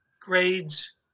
grades